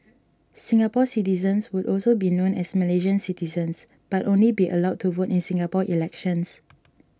Singapore citizens would also be known as Malaysian citizens but only be allowed to vote in Singapore elections